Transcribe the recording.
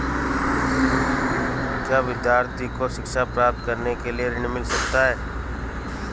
क्या विद्यार्थी को शिक्षा प्राप्त करने के लिए ऋण मिल सकता है?